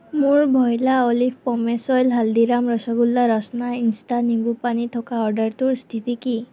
মোৰ ভইলা olive pomace oil Haldiram rasgulla ৰাচনা ইনষ্টা নিম্বুপানী থকা অৰ্ডাৰটোৰ স্থিতি কি